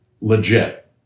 legit